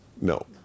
No